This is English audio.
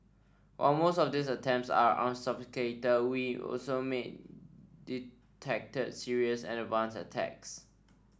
while most of these attempts are unsophisticated we also made detected serious and advanced attacks